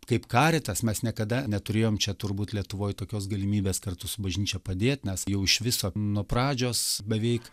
kaip karitas mes niekada neturėjom čia turbūt lietuvoj tokios galimybės kartu su bažnyčia padėt nes jau iš viso nuo pradžios beveik